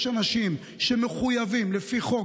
יש אנשים שמחויבים לפי חוק,